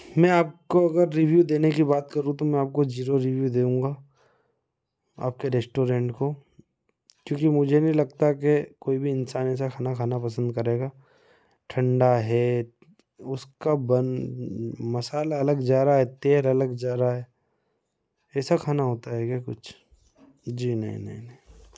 मैं आपको अगर रीव्यू देने की बात करूँ तो मैं आपको जीरो रीव्यु दूंगा आप के रेस्टोरेंट को क्योंकि मुझे नहीं लगता के कोई भी इन्सान ऐसा खाना खाना पसन्द करेगा ठण्डा है उसका मसाला अलग जा रहा है तेल अलग जा रहा है ऐसा खाना होता है क्या कुछ जी नहीं नहीं नहीं